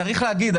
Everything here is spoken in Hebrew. צריך להגיד,